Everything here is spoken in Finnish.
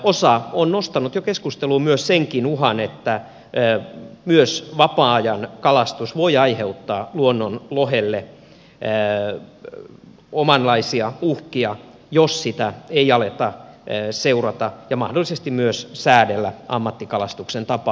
osa on nostanut jo keskusteluun senkin uhan että myös vapaa ajankalastus voi aiheuttaa luonnonlohelle omanlaisiaan uhkia jos sitä ei aleta seurata ja mahdollisesti myös säädellä ammattikalastuksen tapaan